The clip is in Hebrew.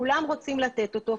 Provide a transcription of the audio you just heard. כולם רוצים לתת אותו,